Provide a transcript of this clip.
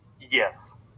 Yes